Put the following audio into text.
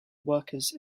workers